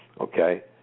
okay